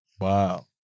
Wow